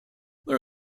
there